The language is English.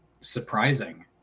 surprising